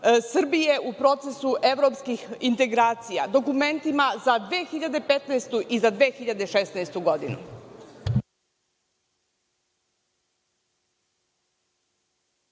u procesu evropskih integracija, dokumentima za 2015. i 2016. godinu.